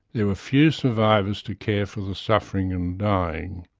there were few survivors to care for the suffering and dying.